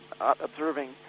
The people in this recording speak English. observing